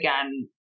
again